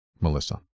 Melissa